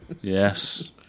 Yes